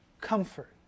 comfort